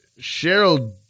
Cheryl